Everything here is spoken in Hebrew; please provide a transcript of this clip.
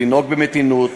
לנהוג במתינות,